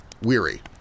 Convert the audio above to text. weary